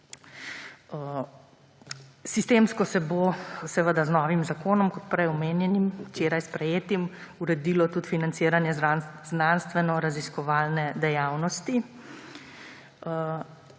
Sistemsko se bo z novim zakonom, prej omenjenim in včeraj sprejetim, uredilo tudi financiranje znanstvenoraziskovalne dejavnosti.